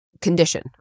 condition